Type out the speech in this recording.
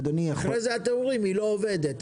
אחרי אתם אומרים שהיא לא עובדת,